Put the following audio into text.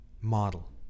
model